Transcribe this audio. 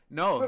no